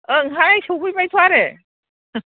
ओंहाय सफैबायथ' आरो